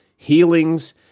healings